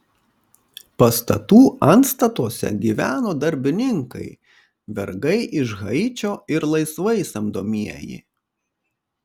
pastatų antstatuose gyveno darbininkai vergai iš haičio ir laisvai samdomieji